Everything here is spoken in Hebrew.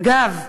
אגב,